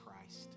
Christ